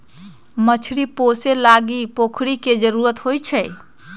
मछरी पोशे लागी पोखरि के जरूरी होइ छै